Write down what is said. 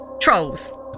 Trolls